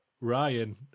Ryan